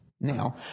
Now